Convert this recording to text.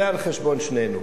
זה על חשבון שנינו.